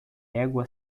égua